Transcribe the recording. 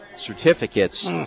Certificates